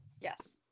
Yes